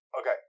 Okay